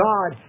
God